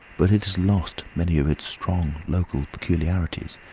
but it has lost many of its strong local peculiarities,